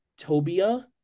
Tobia